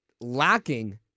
lacking